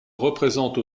représente